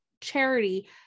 charity